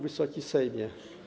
Wysoki Sejmie!